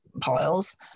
piles